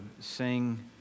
sing